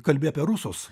kalbi apie rusus